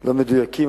לא מדויקים,